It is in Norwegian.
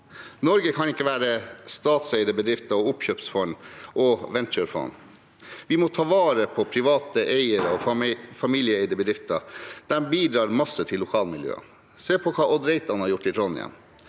Norge kan ikke bare være statseide bedrifter og oppkjøpsfond og venture-fond. Vi må ta vare på private eiere og familieeide bedrifter. De bidrar masse til lokalmiljøene.» Videre sier hun: «Se på hva Odd Reitan har gjort i Trondheim.